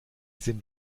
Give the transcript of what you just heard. sind